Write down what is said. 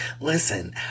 Listen